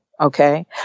Okay